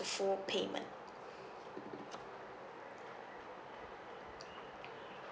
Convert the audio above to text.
full payment